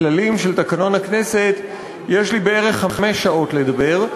מבחינת הכללים של תקנון הכנסת יש לי בערך חמש שעות לדבר,